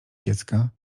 dziecka